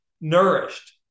nourished